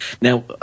Now